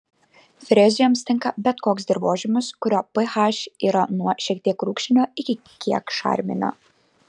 frezijoms tinka bet koks dirvožemis kurio ph yra nuo šiek tiek rūgštinio iki kiek šarminio